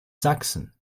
sachsen